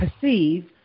perceive